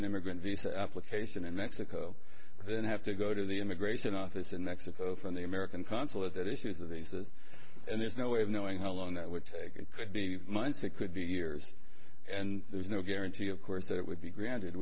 an immigrant visa application in mexico then have to go to the immigration office in mexico from the american consulate that issues of these that and there's no way of knowing how long that would take it could be months it could be years and there's no guarantee of course that it would be granted